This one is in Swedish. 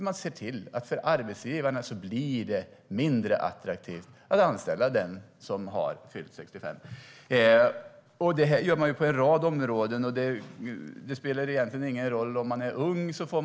Man ser till att det blir mindre attraktivt att anställa den som har fyllt 65 år. Det här gör regeringen på en rad områden, och det spelar egentligen ingen roll om man är ung eller gammal.